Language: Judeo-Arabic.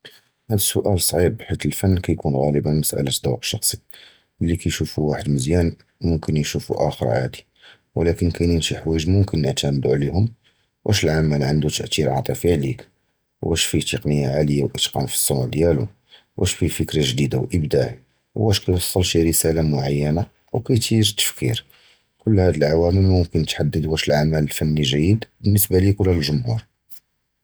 הַדָּא סוּאַל קְבִיר, כִּיּוּ הַפְן כִּיּוּן גַּלַאבַּאן מֻסְאֶלַּת זּוּק שִׁיָּחִי, לִי כִּתְשּׁוּף שִׁי וַחְד מְזִיּאַנָאן יִכַּדַּר שִׁי וַחְד אַחֶר עָאֲדִי, וְלָקִין כַּיִן שִׁי חְוָאג' מֻכְנָה נְעְתַמְּדוּ עַלֵּיהוּם, וַאש אֶל-עַמַל עָנְדּוּ תַּأְתִּיר עַאטִפִי עָלַיְך, וַאש פִיה טֶכְנִיקָה עַלְיָה וְאִתְקָּאן פִי אֶל-סּוּן דִיָּאלוּ, וַאש פִיה פִכְרָה גְּדִידָה וְאִבְדַּاع, וַאש כִּתְיְוַסַּל שִׁי רִסָאלָה מֻעַיֶּנָה אוּ כִּתְתַּהִיַגּ אֶל-תַּפְקִיר, כּּוּל הַעֲוָּאלֶר מֻכְנָה תְּחַדִּד וַאש אֶל-עַמַל אֶל-פְנִיִּי גּ'יִּד לִבְּנְסְבַּא לִיָּא אוּ לַגֻּ'מוּר.